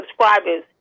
subscribers